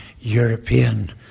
European